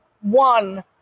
one